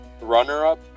runner-up